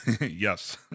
Yes